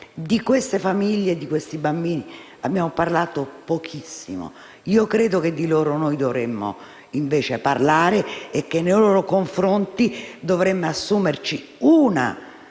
Di queste famiglie e di questi bambini abbiamo parlato pochissimo. Credo che di loro dovremmo invece parlare e che nei loro confronti dovremmo assumerci una delle